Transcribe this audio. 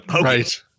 right